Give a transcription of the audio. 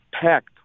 packed